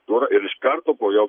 tuo ir iš karto po jo